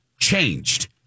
changed